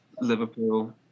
Liverpool